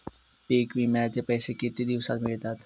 पीक विम्याचे पैसे किती दिवसात मिळतात?